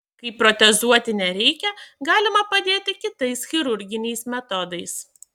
kai protezuoti nereikia galima padėti kitais chirurginiais metodais